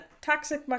toxic